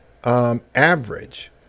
Average